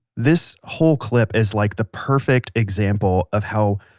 this whole clip is like the perfect example of how,